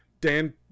Dan